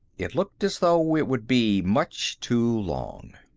it looked as though it would be much too long.